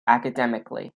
academically